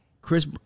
Chris